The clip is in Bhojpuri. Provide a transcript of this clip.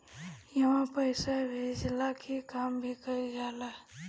इहवा पईसा भेजला के काम भी कइल जाला